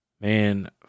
man